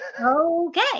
okay